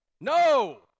No